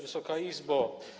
Wysoka Izbo!